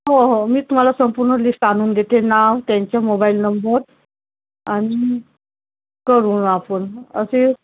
हो हो मी तुम्हाला संपूर्ण लिस्ट आणून देते नाव त्यांचे मोबाईल नंबर आणि करू म आपण असे